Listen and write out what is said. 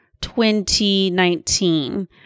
2019